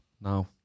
Now